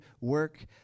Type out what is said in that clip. work